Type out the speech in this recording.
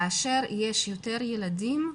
כאשר יש יותר ילדים,